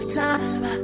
time